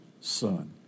son